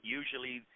usually